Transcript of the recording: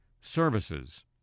services